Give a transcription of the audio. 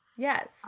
Yes